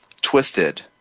twisted